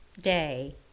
day